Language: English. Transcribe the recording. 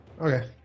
Okay